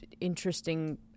interesting